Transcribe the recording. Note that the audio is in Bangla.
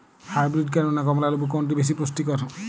হাইব্রীড কেনু না কমলা লেবু কোনটি বেশি পুষ্টিকর?